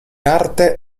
arte